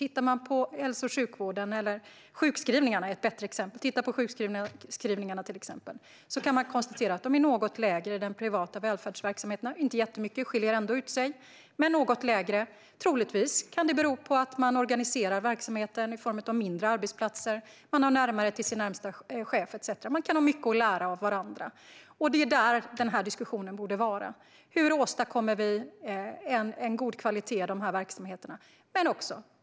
Tittar vi på till exempel sjukskrivningarna kan vi konstatera att de är något färre i de privata välfärdsverksamheterna - inte jättemycket, men de skiljer ändå ut sig genom att vara något färre. Troligtvis kan det bero på att man organiserar verksamheten i form av mindre arbetsplatser, har närmare till sin närmaste chef etcetera. Man kan ha mycket att lära av varandra, och det är där denna diskussion borde ligga: Hur åstadkommer vi god kvalitet i dessa verksamheter?